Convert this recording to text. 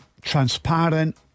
Transparent